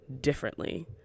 differently